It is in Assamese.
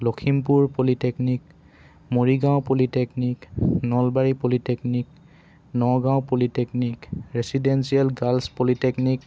Lakhimpur polytechnic Morigaon polytechnic Nalbari polytechnic Nagaon polytechnic residential girls polytechnic